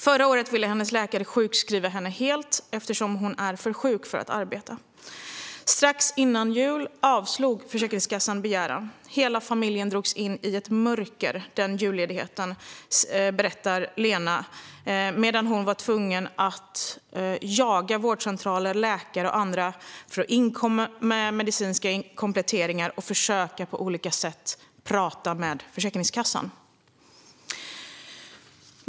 Förra året ville hennes läkare sjukskriva henne helt eftersom hon är för sjuk för att arbeta. Strax före jul avslog Försäkringskassan begäran. Hela familjen drogs in i ett mörker den julledigheten, berättar Lena, då hon var tvungen att jaga vårdcentraler, läkare och andra för att inkomma med medicinska kompletteringar och på olika sätt försöka att prata med Försäkringskassan.